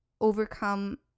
overcome